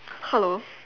hello